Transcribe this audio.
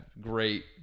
great